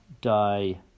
die